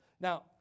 Now